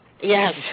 Yes